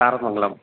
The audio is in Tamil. காரமங்கலம்